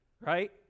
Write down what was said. right